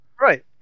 Right